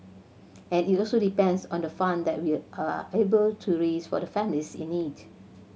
and it also depends on the fund that we are able to raise for the families in need